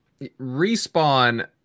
Respawn